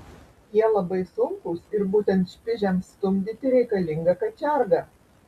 jie labai sunkūs ir būtent špižiams stumdyti reikalinga kačiarga